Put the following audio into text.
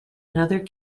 another